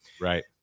Right